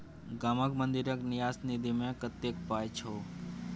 गामक मंदिरक न्यास निधिमे कतेक पाय छौ